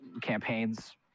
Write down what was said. campaigns